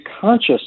conscious